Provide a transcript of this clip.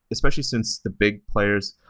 especially since the big players,